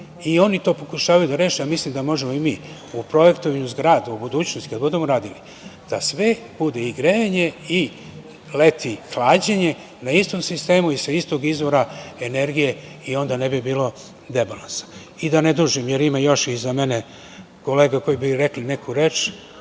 Oni to pokušavaju da reše, a mislim da možemo i mi u projektovanju zgrada u budućnosti, kada budemo radili, da sve bude i grejanje i leti hlađenje na istom sistemu i sa istog izvora energije i onda ne bi bilo debalansa. Da ne dužim, jer ima još iza mene kolega koji bi rekli neku reč,